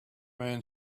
man